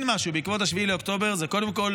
אני אומר את זה כאן,